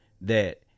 that-